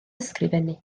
ysgrifennu